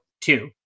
two